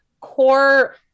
core